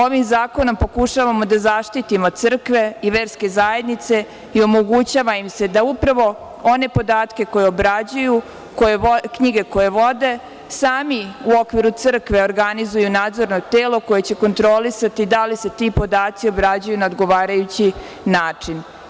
Ovim zakonom pokušavamo da zaštitimo crkve i verske zajednice i omogućava im se da upravo one podatke koje obrađuju, knjige koje vode, sami u okviru Crkve organizuju nadzorno telo koje će kontrolisati da li se ti podaci obrađuju na odgovarajući način.